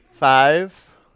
Five